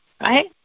right